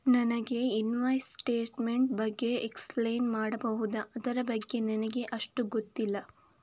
ನನಗೆ ಇನ್ವೆಸ್ಟ್ಮೆಂಟ್ ಬಗ್ಗೆ ಎಕ್ಸ್ಪ್ಲೈನ್ ಮಾಡಬಹುದು, ಅದರ ಬಗ್ಗೆ ನನಗೆ ಅಷ್ಟು ಗೊತ್ತಿಲ್ಲ?